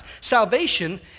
Salvation